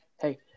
hey